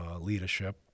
leadership